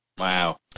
wow